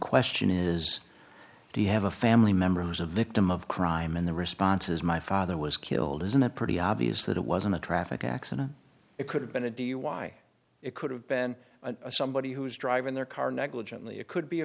question is do you have a family member who's a victim of crime and the response is my father was killed isn't it pretty obvious that it wasn't a traffic accident it could have been a dui it could have been somebody who was driving their car negligently it could be a